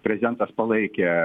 prezidentas palaikė